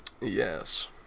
Yes